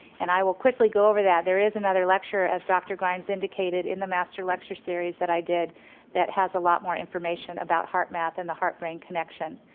and i will quickly go over that, there is another lecture as dr. glimes indicated in the master lecture series that i did that has a lot more information about heart map and the heart-brain connection.